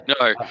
No